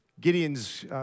Gideon's